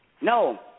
No